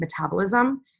metabolism